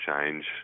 change